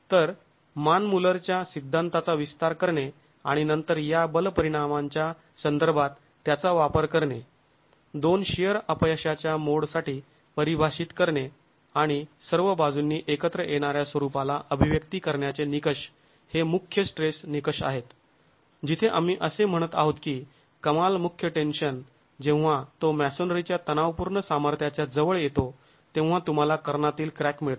तर मान मुल्लरच्या सिद्धांताचा विस्तार करणे आणि नंतर या बल परीणामांच्या संदर्भात त्याचा वापर करणे दोन शिअर अपयशाच्या मोडसाठी परिभाषित करणे आणि सर्व बाजूंनी एकत्र येणाऱ्या स्वरूपाला अभिव्यक्ती करण्याचे निकष हे मुख्य स्ट्रेस निकष आहेत जिथे आम्ही असे म्हणत आहोत की कमाल मुख्य टेन्शन जेव्हा तो मॅसोनरीच्या तणावपूर्ण सामर्थ्याच्या जवळ येतो तेव्हा तुंम्हाला कर्णातील क्रॅक मिळतात